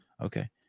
Okay